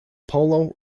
polo